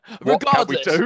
regardless